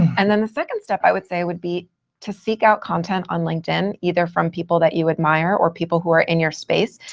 and then the second step, i would say, would be to seek out content on linkedin, either from people that you admire or people who are in your space,